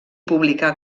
publicà